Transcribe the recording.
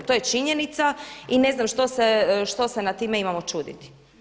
To je činjenica i ne znam što se na time imamo čuditi.